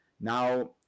Now